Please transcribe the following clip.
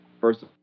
first